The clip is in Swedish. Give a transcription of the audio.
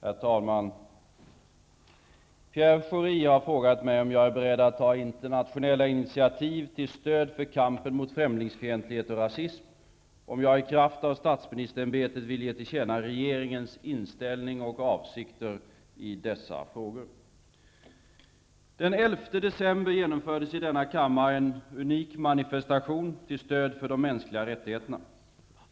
Herr talman! Pierre Schori har frågat mig om jag är beredd att ta internationella initiativ till stöd för kampen mot främlingsfientlighet och rasism, och om jag i kraft av statsministerämbetet vill ge till känna regeringens inställning och avsikter i dessa frågor. Den 11 december genomfördes i denna kammare en unik manifestation till stöd för de mänskliga rättigheterna.